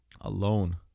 alone